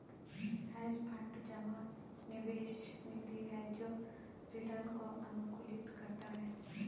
hedge fund जमा निवेश निधि है जो रिटर्न को अनुकूलित करता है